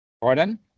Pardon